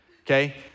okay